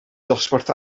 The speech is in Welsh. dosbarth